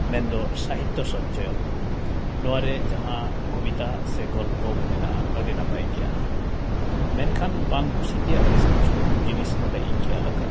ᱢᱮᱱᱫᱚ ᱥᱟᱦᱤᱛᱛᱚ ᱥᱚᱧᱪᱚᱭᱚᱱ ᱱᱚᱣᱟᱨᱮ ᱡᱟᱦᱟᱸ ᱠᱚᱵᱤᱛᱟ ᱥᱮ ᱜᱚᱞᱯᱚᱠᱚ ᱢᱮᱱᱟᱜᱼᱟ ᱟᱹᱰᱤ ᱱᱟᱯᱟᱭ ᱜᱮᱭᱟ ᱢᱮᱱᱠᱷᱟᱱ ᱵᱟᱝ ᱠᱩᱥᱤ ᱛᱮᱭᱟᱜ ᱵᱮᱥ ᱠᱤᱪᱷᱩ ᱡᱤᱱᱤᱥ ᱱᱚᱸᱰᱮ ᱤᱧ ᱠᱷᱮᱭᱟᱞ ᱟᱠᱟᱫᱟ